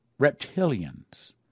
reptilians